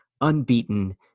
Unbeaten